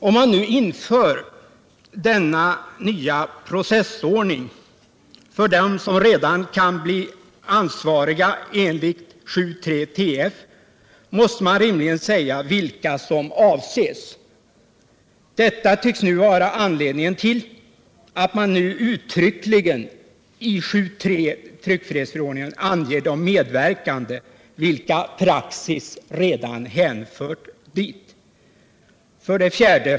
Om man inför denna nya processordning för dem som redan kan bli ansvariga enligt 7:3 TF måste man rimligen säga vilka som avses. Detta tycks nu vara anledningen till att man uttryckligen i 7:3 TF anger de medverkande, vilka praxis redan hänfört dit. 4.